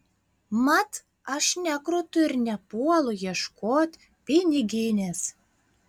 mat aš nekrutu ir nepuolu ieškot piniginės